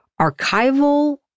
archival